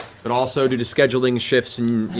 but also, due to scheduling shifts